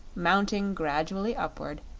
mounting gradually upward,